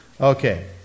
Okay